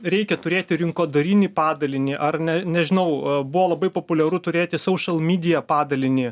reikia turėti rinkodarinį padalinį ar ne nežinau buvo labai populiaru turėti saušal mydija padalinį